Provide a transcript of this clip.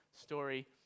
story